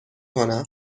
کنم